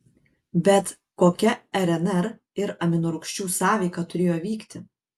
bet kokia rnr ir aminorūgščių sąveika turėjo vykti